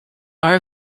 are